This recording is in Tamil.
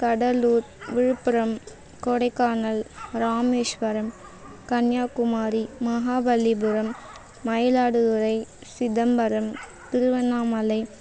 கடலூர் விழுப்புரம் கொடைக்கானல் ராமேஷ்வரம் கன்னியாகுமரி மகாபலிபுரம் மயிலாடுதுறை சிதம்பரம் திருவண்ணாமலை